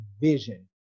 vision